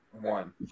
one